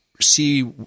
see